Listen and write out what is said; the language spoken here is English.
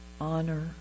honor